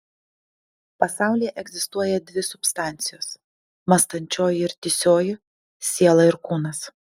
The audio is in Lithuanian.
pasaulyje egzistuoja dvi substancijos mąstančioji ir tįsioji siela ir kūnas